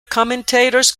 commentators